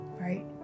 Right